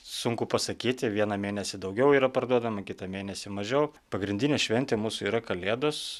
sunku pasakyti vieną mėnesį daugiau yra parduodama kitą mėnesį mažiau pagrindinė šventė mūsų yra kalėdos